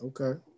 Okay